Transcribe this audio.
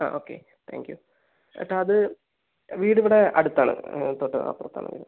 ആ okay thank you ചേട്ടാ അത് വീട് ഇവിടെ അടുത്താണ് തൊട്ട് അപ്പുറത്താണ്